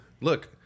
Look